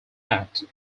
act